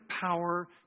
power